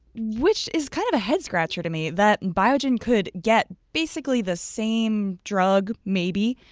which is kind of a head scratcher to me that biogen could get basically the same drug maybe,